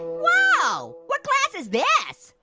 whoa, what class is this?